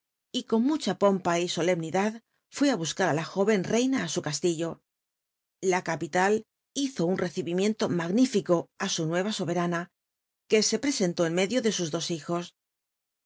y con mucha pompa y solemnidad rué á buscar á la jóren reina á su castillo la capital hizo un recibimiento magnífico á su nueva soberana que se presentó en medio de sus dos hijos